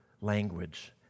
language